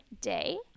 day